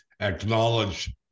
acknowledge